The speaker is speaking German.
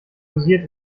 dosiert